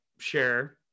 share